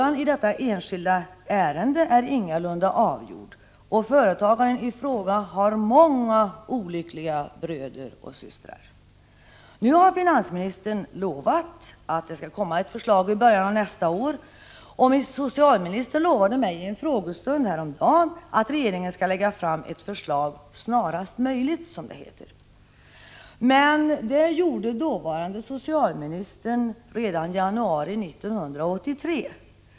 Detta enskilda ärende är ingalunda avgjort, och företagaren i fråga har många olyckliga bröder och systrar. Finansministern har nu lovat att det skall komma ett förslag i början av nästa år, och socialministern lovade mig i en frågestund häromdagen att regeringen skall lägga fram ett förslag snarast möjligt, som det heter. Men det gjorde dåvarande socialministern redan i januari 1983.